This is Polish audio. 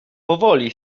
powoli